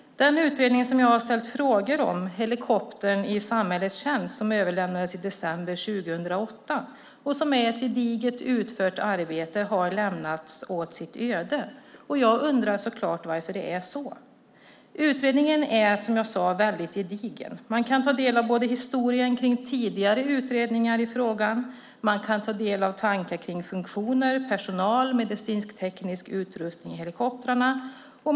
Den utredning som jag har ställt frågor om, Helikoptern i samhällets tjänst , som överlämnades i december 2008 och som är ett gediget utfört arbete har lämnats åt sitt öde. Jag undrar naturligtvis varför. Utredningen är, som sagt, gedigen. Man kan ta del av historien kring tidigare utredningar i frågan. Man kan ta del av tankar kring funktioner, personal och medicinskteknisk utrustning i helikoptrarna.